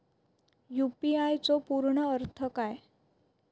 UPI चो पूर्ण अर्थ काय?